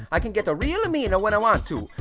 i can get-a real and mean you know when i want to.